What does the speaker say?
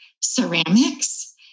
ceramics